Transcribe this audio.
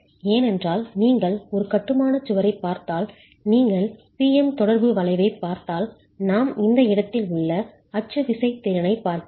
ஏனென்றால் நீங்கள் ஒரு கட்டுமான சுவரைப் பார்த்தால் நீங்கள் P M தொடர்பு வளைவைப் பார்த்தால் நாம் இந்த இடத்தில் உள்ள அச்சு விசைத் திறனைப் பார்க்கிறோம்